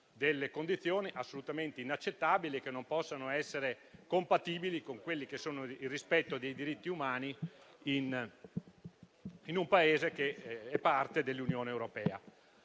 delle condizioni assolutamente inaccettabili, che non possono essere compatibili con il rispetto dei diritti umani in un Paese che è parte dell'Unione europea.